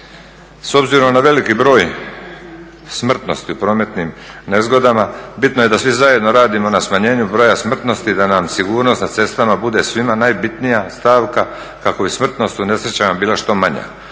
S obzirom na veliki broj smrtnosti u prometnim nezgodama bitno je da svi zajedno radimo na smanjenju broja smrtnosti, da nam sigurnost na cestama bude svima najbitnija stavka kako bi smrtnost u nesrećama bila što manja.